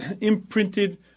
imprinted